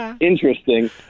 interesting